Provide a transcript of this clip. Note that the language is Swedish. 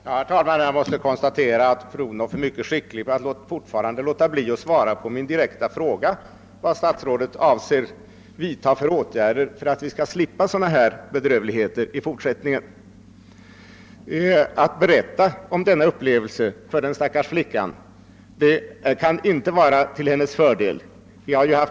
Herr talman! Jag måste konstatera att fru Odhnoff mycket skickligt fortfarande låter bli att svara på min direkta fråga vad statsrådet avser att vidtaga för åtgärder för att vi skall slippa sådana här bedrövligheter i fortsättningen. Att berätta om denna upplevelse kan för den stackars flickan inte vara till hennes fördel.